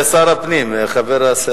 זה שר הפנים, חבר הסיעה שלך.